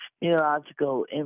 neurological